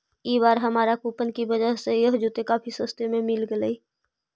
ई बार हमारा कूपन की वजह से यह जूते काफी सस्ते में मिल गेलइ